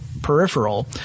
Peripheral